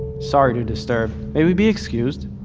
sorry to disturb may we be excused?